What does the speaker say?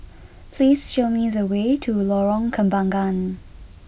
please show me the way to Lorong Kembagan